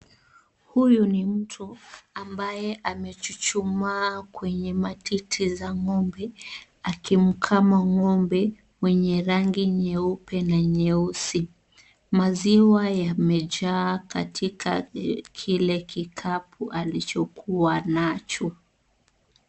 Huyu ni mtu ambaye amechuchumaa kwenye matiti za ng'ombe akimkama ng'ombe mwenye rangi nyeupe na nyeusi . Maziwa yamejaa katika kile kikapu alichokuwa nacho.